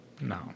No